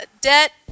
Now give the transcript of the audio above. debt